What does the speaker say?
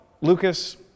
Lucas